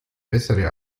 bessere